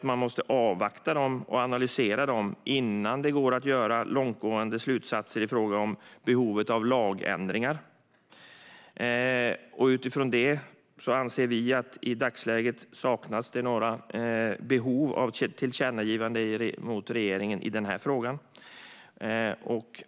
Man måste avvakta och analysera dem innan det går att dra några långtgående slutsatser i fråga om behovet av lagändringar. Utifrån detta anser vi att det i dagsläget saknas behov av att göra några tillkännagivanden till regeringen i denna fråga.